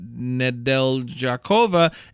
Nedeljakova